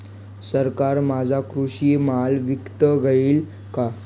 सरकार माझा कृषी माल विकत घेईल का?